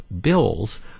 bills